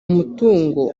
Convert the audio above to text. mutungo